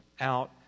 out